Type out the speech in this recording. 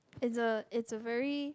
it's a it's a very